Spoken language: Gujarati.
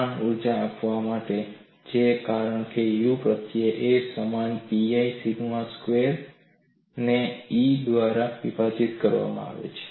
તાણ ઊર્જા આપવામાં આવે છે કારણ કે U પ્રત્યય a સમાન pi સિગ્મા સ્ક્વેર્ સ્ક્વેર્ ને E દ્વારા વિભાજીત કરવામાં આવે છે